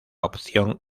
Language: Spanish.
opción